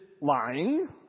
lying